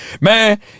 man